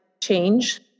change